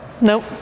Nope